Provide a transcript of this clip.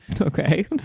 Okay